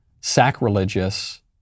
sacrilegious